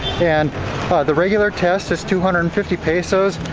and the regular test is two hundred and fifty pesos.